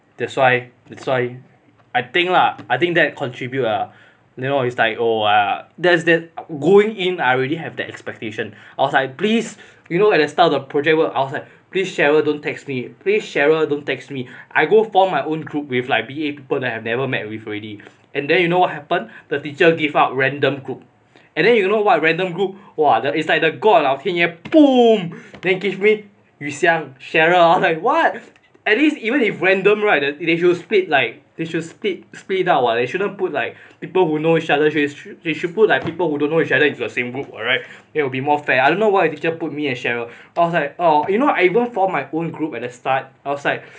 that's why that's why I think lah I think that contribute ah you know is like oh I that's that going in I already have that expectation I was like please you know at the start of project work I was like please cheryl don't text me cheryl don't text me I go form my own group with like B eight people I have never met with already and then you know what happen that teacher gave out random group and then you know what random group !wah! it's like the god 老天爷 boom then give me yu xiang cheryl I was like what at least even if random right it they should split like they should split split up [what] they shouldn't put like people who know each other they should put like people who don't know each other into a same group [what] right that will be more fair I don't know why did they put me and cheryl I was like orh I even formed my own group at the start I was like